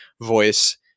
voice